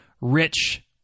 rich